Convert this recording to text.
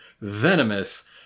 Venomous